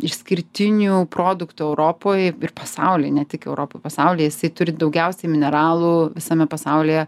išskirtinių produktų europoj ir pasauly ne tik europoj pasaulyje jisai turi daugiausiai mineralų visame pasaulyje